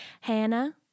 Hannah